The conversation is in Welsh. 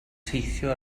teithio